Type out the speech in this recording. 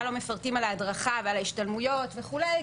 לא מפרטים על ההדרכה ועל ההשתלמויות וכולי,